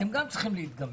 אתם גם צריכים להתגמש.